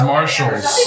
Marshall's